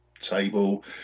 table